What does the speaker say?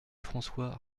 françois